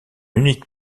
unique